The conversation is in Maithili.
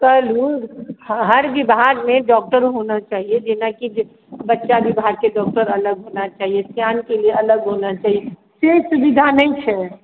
कहलहुँ हर विभागमे डॉक्टर होना चाहिए जेना कि जे बच्चा विभागके डॉक्टर अलग होना चाहिए सयानके लिए अलग होना चाहिए से सुविधा नहि छै